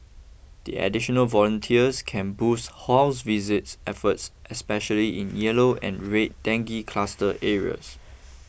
the additional volunteers can boost house visits efforts especially in yellow and red dengue cluster areas